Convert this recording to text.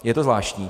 Je to zvláštní.